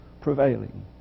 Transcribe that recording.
prevailing